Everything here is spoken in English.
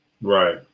Right